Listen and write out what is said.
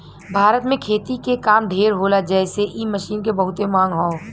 भारत में खेती के काम ढेर होला जेसे इ मशीन के बहुते मांग हौ